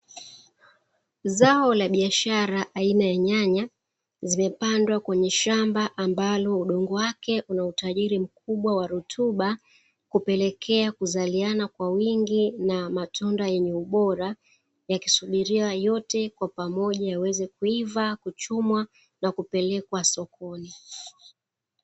Zao la biashara aina ya nyanya zimepandwa Katika udongo una utajiri wa rutuba, hupelekea kuzaliana kwa wingi na matunda yenye ubora yakisubiliwa yote kwa pamoja yaweze kuiva kuchumwa na kupelekwa sokoni.